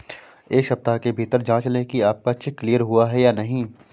एक सप्ताह के भीतर जांच लें कि आपका चेक क्लियर हुआ है या नहीं